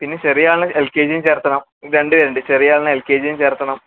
പിന്നെ ചെറിയ ആളെ എല് കെ ജിയും ചേര്ക്കണം പിന്നെ രണ്ട് പേരുണ്ട് ചെറിയ ആളിനെ എല് കെ ജിയും ചേര്ക്കണം